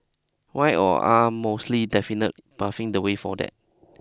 why or are mostly definite paving the way for that